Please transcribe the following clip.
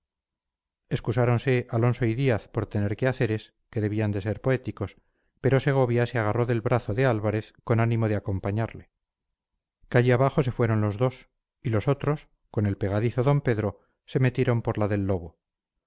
voy vamos excusáronse alonso y díaz por tener quehaceres que debían de ser poéticos pero segovia se agarró del brazo de álvarez con ánimo de acompañarle calle abajo se fueron dos y los otros con el pegadizo d pedro se metieron por la del lobo